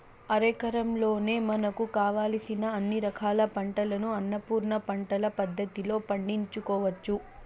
అరెకరంలోనే మనకు కావలసిన అన్ని రకాల పంటలను అన్నపూర్ణ పంటల పద్ధతిలో పండించుకోవచ్చు